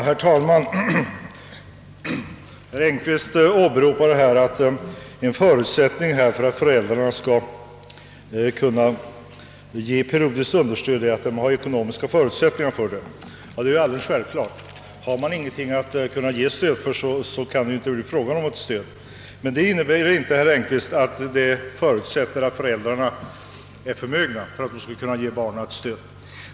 Herr talman! Herr Engkvist åberopade här att en förutsättning för att föräldrarna skall kunna ge periodiskt understöd är att de har ekonomiska förutsättningar för det. Det är alldeles självklart. Har man ingenting att ge stöd med, kan det inte bli fråga om något stöd. Men det innebär inte, herr Engkvist, att föräldrarna måste vara förmögna för att kunna ge barnen ett stöd.